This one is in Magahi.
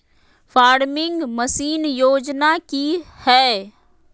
फार्मिंग मसीन योजना कि हैय?